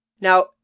Now